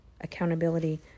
accountability